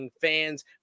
Fans